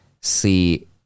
see